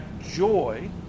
joy